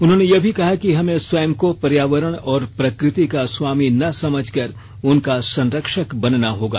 उन्होंने यह भी कहा कि हमें स्वयं को पर्यावरण और प्रकृति का स्वामी न समझकर उनका संरक्षक बनना होगा